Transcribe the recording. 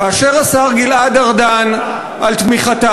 כאשר השר גלעד ארדן, תמיכתה.